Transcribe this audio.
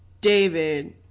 David